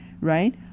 right